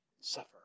suffer